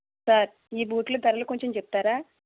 sir ఈ బూట్లు ధరలు కొంచెం చెప్తారా